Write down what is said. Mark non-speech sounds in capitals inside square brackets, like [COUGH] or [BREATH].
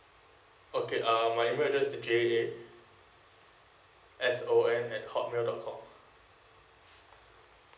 okay um my email address is J at S O N at hotmail dot com [BREATH]